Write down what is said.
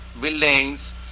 buildings